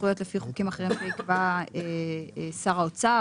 זכויות לפי חוקים אחרים שיקבע שר האוצר,